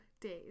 days